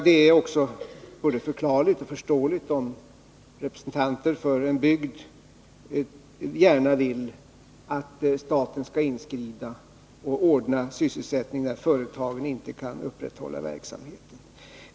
Det är också både förklarligt och förståeligt om representanter för en bygd gärna vill att staten skall inskrida och ordna sysselsättning när företagen inte kan upprätthålla verksamheten.